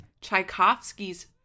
Tchaikovsky's